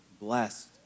blessed